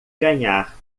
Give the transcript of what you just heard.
ganhar